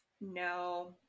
No